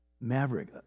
Maverick